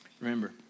remember